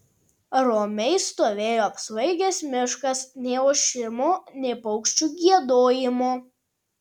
romiai stovėjo apsvaigęs miškas nė ošimo nė paukščių giedojimo